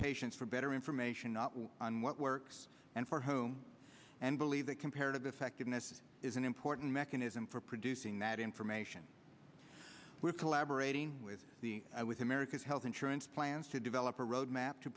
patients for better information not on what works and for whom and believe that comparative effectiveness is an important mechanism for producing that information we're collaborating with the with america's health insurance plans to develop a road map to